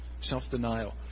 Self-denial